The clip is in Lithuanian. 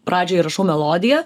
pradžioj įrašau melodiją